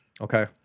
Okay